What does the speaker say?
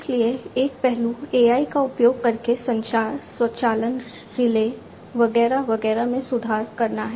इसलिए एक पहलू AI का उपयोग करके संचार स्वचालन रिले वगैरह वगैरह में सुधार करना है